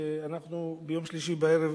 שאנחנו מקבלים ביום שלישי בערב.